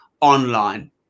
online